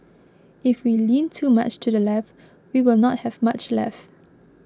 if we lean too much to the left we will not have much left